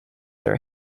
are